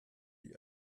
die